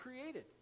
created